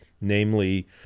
namely